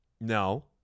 No